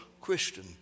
Christian